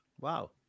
Wow